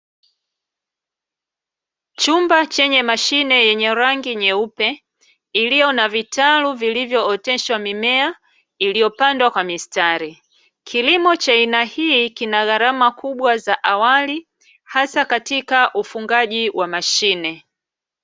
Chumba chenye mashine yenye rangi nyeupe iliyo na vitalu vilivyooteshwa mimea iliyopandwa kwa mistari , kilimo cha aina hii kina gharama kubwa za awali hasa katika ufungaji wa mashine .